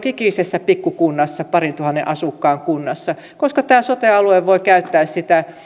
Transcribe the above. ikisessä pikkukunnassa parintuhannen asukkaan kunnassa koska tämä sote alue voi käyttää sitä